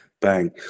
bang